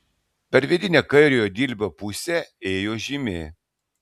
per vidinę kairiojo dilbio pusę ėjo žymė